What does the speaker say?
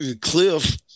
Cliff